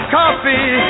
coffee